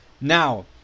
Now